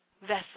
vessel